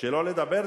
שלא לדבר,